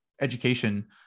education